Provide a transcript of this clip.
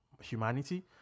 humanity